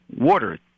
water